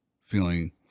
feeling